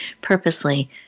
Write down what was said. purposely